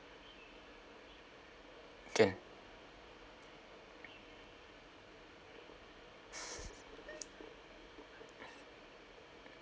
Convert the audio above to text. can